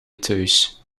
thuis